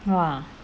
!wah!